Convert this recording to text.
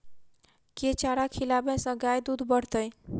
केँ चारा खिलाबै सँ गाय दुध बढ़तै?